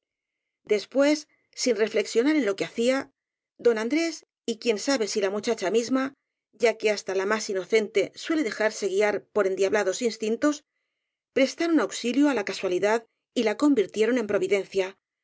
después sin reflexionar en lo que hacía don andres y quién sabe si la muchacha misma ya que hasta la más inocente suele dejarse guiar por en diablados instintos prestaron auxilio á la casuali dad y la convirtieron en providencia